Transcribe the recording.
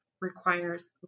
requires